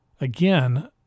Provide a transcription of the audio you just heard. again